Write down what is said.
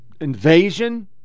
invasion